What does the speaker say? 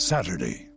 Saturday